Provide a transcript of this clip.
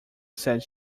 said